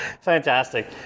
Fantastic